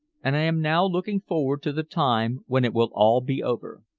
and i am now looking forward to the time when it will all be over.